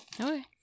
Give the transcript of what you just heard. okay